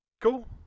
Cool